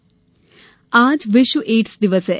ads दिवस आज विश्व एड्स दिवस है